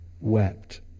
wept